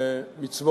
אנחנו